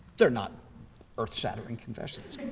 they're not earth-shattering confessions.